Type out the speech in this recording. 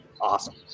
awesome